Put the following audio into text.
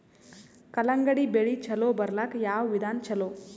ಕಲ್ಲಂಗಡಿ ಬೆಳಿ ಚಲೋ ಬರಲಾಕ ಯಾವ ವಿಧಾನ ಚಲೋ?